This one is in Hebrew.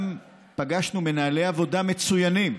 גם פגשנו מנהלי עבודה מצוינים,